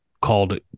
called